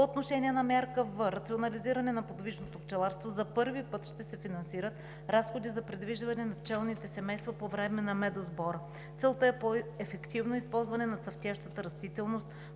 По отношение на мярка В – „Рационализиране на подвижното пчеларство“, за първи път ще се финансират разходи за придвижване на пчелните семейства по време на медосбор. Целта е по-ефективно използване на цъфтящата растителност,